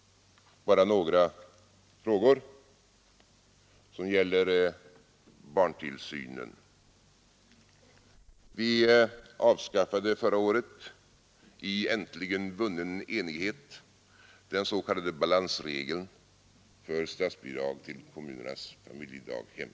Bara några frågor som gäller barntillsynen. Vi avskaffade förra året i äntligen vunnen enighet den s.k. balansregeln för statsbidrag till kommunernas familjedaghem.